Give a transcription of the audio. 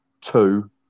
two